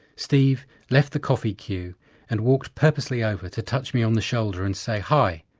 steve left the coffee queue and walked purposefully over to touch me on the shoulder and say hi,